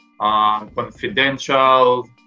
confidential